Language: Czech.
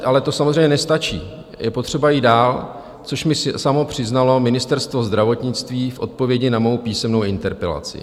Ale to samozřejmě nestačí, je potřeba jít dál, což mi samo přiznalo Ministerstvo zdravotnictví v odpovědi na mou písemnou interpelaci.